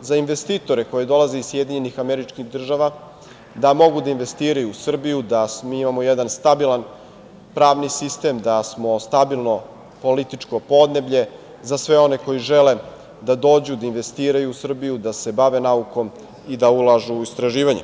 za investitore koji dolaze iz SAD da mogu da investiraju u Srbiju, da mi imamo jedan stabilan pravni sistem, da smo stabilno političko podneblje za sve one koji žele da dođu da investiraju u Srbiju, da se bave naukom i da ulažu u istraživanje.